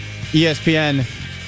ESPN